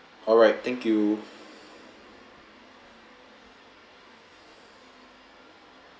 alright thank you